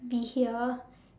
be here